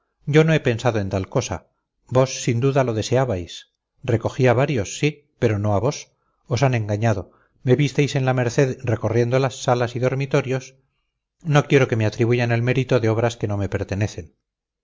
yo no he pensado en tal cosa vos sin duda lo deseabais recogí a varios sí pero no a vos os han engañado me visteis en la merced recorriendo las salas y dormitorios no quiero que me atribuyan el mérito de obras que no me pertenecen